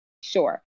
Sure